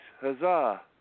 Huzzah